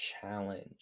challenge